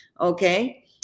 Okay